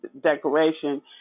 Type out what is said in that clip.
decoration